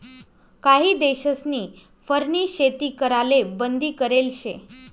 काही देशस्नी फरनी शेती कराले बंदी करेल शे